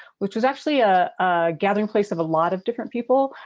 which was actually a gathering place of a lot of different people.